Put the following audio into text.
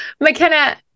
McKenna